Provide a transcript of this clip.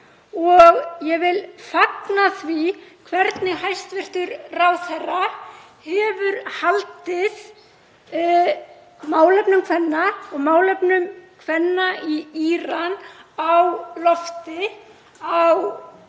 og ég vil fagna því hvernig hæstv. ráðherra hefur haldið á málefnum kvenna og haldið málefnum kvenna í Íran á lofti á þeim